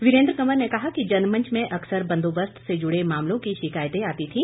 वीरेन्द्र कंवर ने कहा कि जनमंच में अक्कसर बंदोबस्त से जुडे मामलों की शिकायतें आती थी